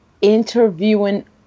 interviewing